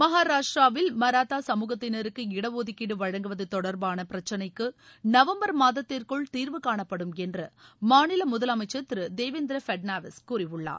மகாராஷ்டிராவில் மராத்தா சமூகத்தினருக்கு இடஒதுக்கீடு வழங்குவது தொடர்பான பிரச்சினைக்கு நவம்பர் மாதத்திற்குள் தீர்வுகாணப்படும் என்று மாநில முதலமைச்சர் திரு தேவேந்திர பட்னாவிஸ் கூறியுள்ளார்